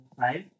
five